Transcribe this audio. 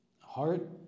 heart